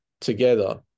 together